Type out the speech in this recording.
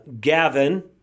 Gavin